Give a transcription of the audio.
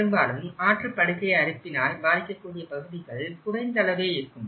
பெரும்பாலும் ஆற்றுப்படுகை அரிப்பினால் பாதிக்க கூடிய பகுதிகள் குறைந்தளவே இருக்கும்